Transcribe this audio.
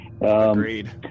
Agreed